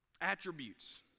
attributes